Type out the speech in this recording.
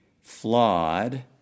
flawed